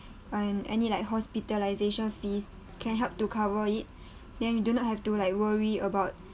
and any like hospitalisation fees can help to cover it then you do not have to like worry about